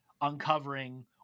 uncovering